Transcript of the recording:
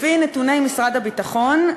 לפי נתוני משרד הביטחון,